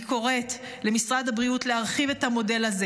אני קוראת למשרד הבריאות להרחיב את המודל הזה